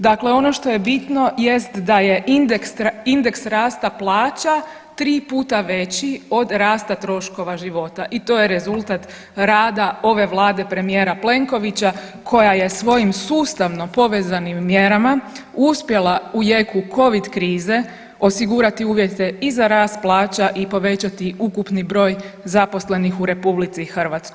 Dakle ono što je bitno jest da je indeks rasta plaća 3 puta veći od rasta troškova života i to je rezultat rada ove Vlade premijera Plenkovića koja je svojim sustavno povezanim mjerama uspjela u jeku Covid krize osigurati uvjete i za rast plaća i povećati ukupni broj zaposlenih u RH.